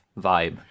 vibe